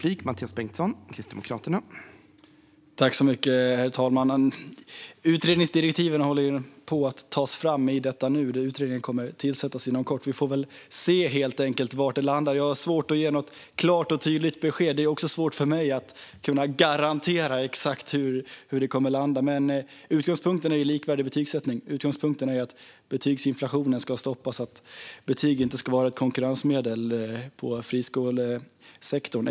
Herr talman! Utredningsdirektiven håller på att tas fram i detta nu, och utredningen kommer att tillsättas inom kort. Vi får helt enkelt se var det landar. Jag har svårt att ge något klart och tydligt besked, och det är svårt för mig att garantera exakt hur det kommer att landa, men utgångspunkten är likvärdig betygsättning. Utgångspunkten är att betygsinflationen ska stoppas och att betyg inte ska vara ett konkurrensmedel i friskolesektorn.